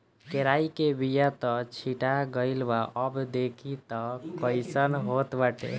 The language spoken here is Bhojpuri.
केराई के बिया त छीटा गइल बा अब देखि तअ कइसन होत बाटे